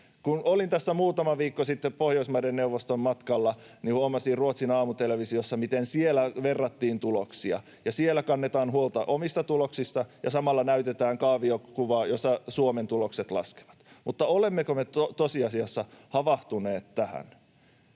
Kun olin tässä muutama viikko sitten Pohjoismaiden neuvoston matkalla, niin huomasin Ruotsin aamutelevisiossa, miten siellä verrattiin tuloksia, ja siellä kannetaan huolta omista tuloksista ja samalla näytetään kaaviokuvaa, jossa Suomen tulokset laskevat. Olemmeko me tosiasiassa havahtuneet tähän?